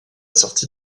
sortie